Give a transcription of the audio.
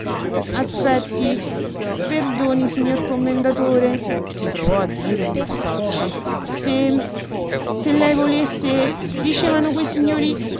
aspetti perdoni signor commendatore si provò a dire il marcocci se se lei volesse dicevano quei signori